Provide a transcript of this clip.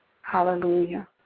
Hallelujah